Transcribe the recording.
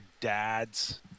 dad's